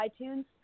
iTunes